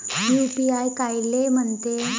UPI कायले म्हनते?